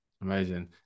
Amazing